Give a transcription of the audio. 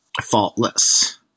faultless